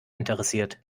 interessiert